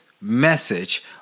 message